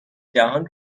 جهان